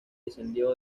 descendió